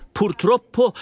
purtroppo